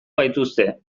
gaituzte